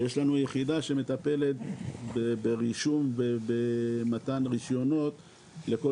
ויש לנו יחידה שמטפלת ברישום במתן רישיונות לכל